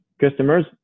customers